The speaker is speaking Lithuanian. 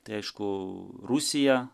tai aišku rusiją